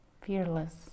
fearless